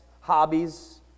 hobbies